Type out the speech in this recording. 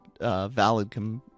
valid